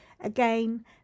Again